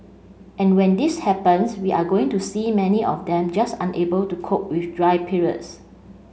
and when this happens we are going to see many of them just unable to cope with dry periods